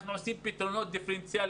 אנחנו עושים פתרונות דיפרנציאליים.